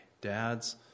Dad's